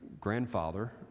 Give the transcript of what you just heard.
grandfather